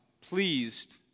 pleased